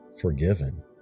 forgiven